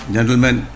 Gentlemen